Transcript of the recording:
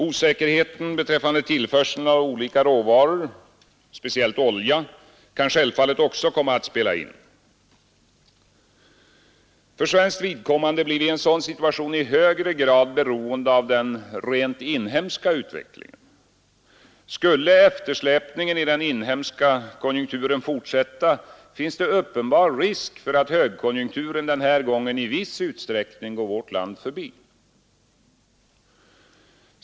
Osäkerheten beträffande tillförseln av olika råvaror, speciellt olja, kan självfallet också komma att spela in. För svenskt vidkommande blir vi i en sådan situation i högre grad beroende av den rent inhemska utvecklingen. Skulle eftersläpningen i den inhemska konjunkturen fortsätta, finns det uppenbar risk för att högkonjunkturen den här gången i viss utsträckning går vårt land förbi.